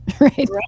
Right